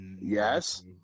yes